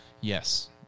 Yes